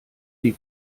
die